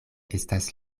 estas